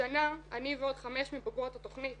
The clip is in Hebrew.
השנה אני ועוד חמש מבוגרות התכנית